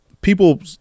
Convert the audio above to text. People